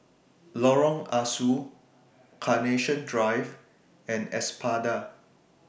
Lorong Ah Soo Carnation Drive and Espada